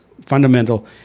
fundamental